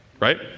right